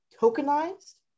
tokenized